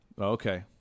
Okay